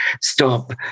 stop